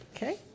Okay